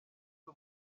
z’u